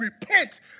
repent